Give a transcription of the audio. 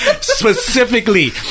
Specifically